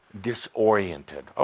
disoriented –